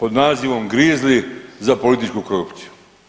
pod nazivom „grizli“ za političku korupciju.